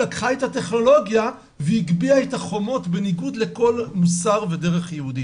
לקחה את הטכנולוגיה והגביה את החומות בניגוד לכל מוסר בדרך יהודית.